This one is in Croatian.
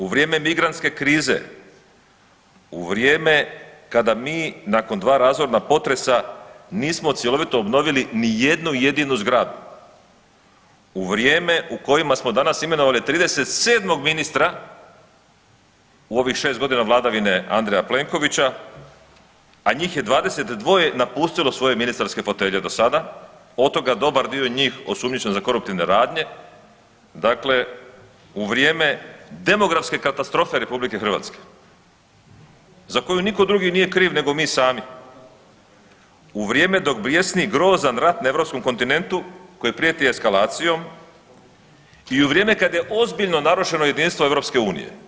U vrijeme migrantske krize, u vrijeme kada mi nakon dva razorna potresa nismo cjelovito obnovili ni jednu jedinu zgradu, u vrijeme u kojima smo danas imenovali 37. ministra u ovih šest godina vladavine Andreja Plenkovića, a njih je 22 napustilo svoje ministarske fotelje do sad, od toga dobar dio njih osumnjičen za koruptivne radnje, dakle u vrijeme demografske katastrofe RH za koju niko drugi nije kriv nego mi sami, u vrijeme dok bjesni grozan rat na Europskom kontinentu koji prijeti eskalacijom i u vrijeme kad je ozbiljno narušeno jedinstvo EU.